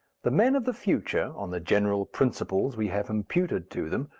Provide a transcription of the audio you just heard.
the men of the future, on the general principles we have imputed to them,